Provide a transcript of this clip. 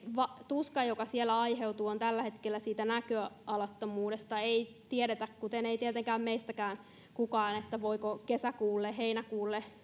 tuska joka siellä aiheutuu on tällä hetkellä siitä näköalattomuudesta ei tiedetä kuten ei tietenkään meistäkään kukaan voiko kesäkuulle heinäkuulle